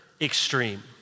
extreme